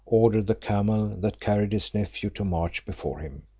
ordered the camel that carried his nephew to march before him,